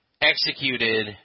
executed